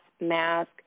mask